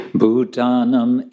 Bhutanam